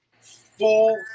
full